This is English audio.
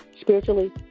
spiritually